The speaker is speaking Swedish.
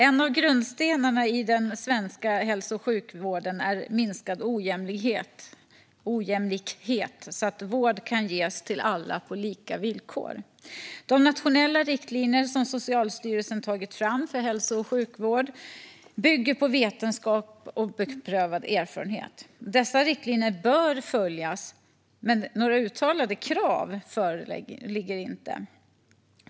En av grundstenarna i den svenska hälso och sjukvården är minskad ojämlikhet, så att vård kan ges till alla på lika villkor. De nationella riktlinjer som Socialstyrelsen tagit fram för hälso och sjukvård bygger på vetenskap och beprövad erfarenhet. Dessa riktlinjer bör följas, men några uttalade krav föreligger inte.